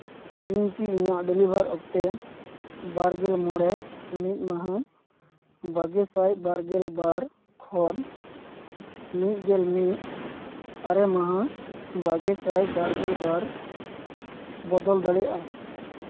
ᱤᱧ ᱠᱤ ᱤᱧᱟᱹᱜ ᱰᱮᱞᱤᱵᱷᱟᱨ ᱚᱠᱛᱮ ᱵᱟᱨ ᱜᱮᱞ ᱢᱚᱬᱮ ᱢᱤᱫ ᱢᱟᱦᱟ ᱵᱟᱜᱮ ᱥᱟᱭ ᱵᱟᱨ ᱜᱮᱞ ᱵᱟᱨ ᱠᱷᱚᱱ ᱢᱤᱫ ᱜᱮᱞ ᱢᱤᱫ ᱟᱨᱮ ᱢᱟᱦᱟ ᱵᱟᱨᱜᱮ ᱥᱟᱭ ᱵᱟᱨ ᱜᱮᱞ ᱵᱟᱨ ᱵᱚᱫᱚᱞ ᱫᱟᱲᱮᱭᱟᱜᱼᱟ